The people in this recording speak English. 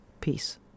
Peace